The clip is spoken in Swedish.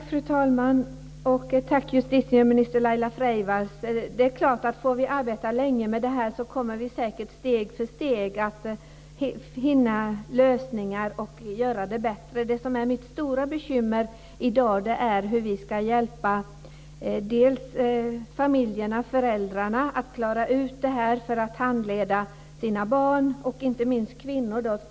Fru talman! Jag vill tacka justitieminister Laila Freivalds för svaren. Det är klart att om vi får arbeta länge med detta kommer vi säkert steg för steg att finna lösningar och göra det bättre. Det som är mitt stora bekymmer i dag är hur vi ska hjälpa familjerna och föräldrarna att klara av att handleda sina barn. Det gäller inte minst kvinnor.